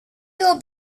your